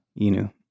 Inu